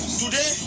today